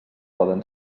poden